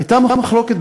הייתה מחלוקת,